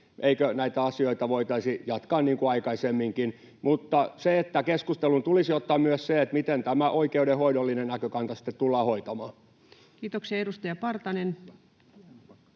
Eikö näitä asioita voitaisi jatkaa niin kuin aikaisemminkin? Keskusteluun tulisi ottaa myös se, miten tämä oikeudenhoidollinen näkökanta sitten tullaan hoitamaan. Kiitoksia. — Edustaja Partanen.